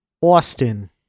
Austin